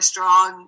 Strong